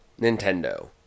nintendo